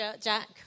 Jack